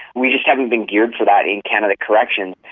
we just haven't been geared to that in canada corrections.